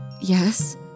Yes